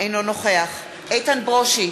אינו נוכח איתן ברושי,